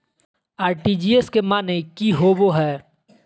RTGS के माने की होबो है?